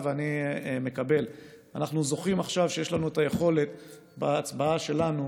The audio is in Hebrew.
נכון שלא הצלחנו לקבוע דיפרנציאציה כפי שרצינו,